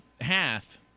half